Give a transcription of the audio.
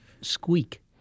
squeak